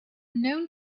known